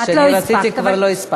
כשאני רציתי כבר לא הספקתי.